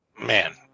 man